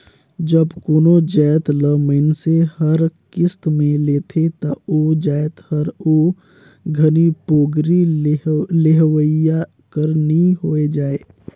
जब कोनो जाएत ल मइनसे हर किस्त में लेथे ता ओ जाएत हर ओ घनी पोगरी लेहोइया कर नी होए जाए